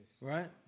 Right